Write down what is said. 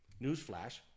newsflash